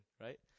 right